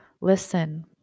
Listen